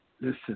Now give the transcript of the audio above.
Listen